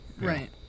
right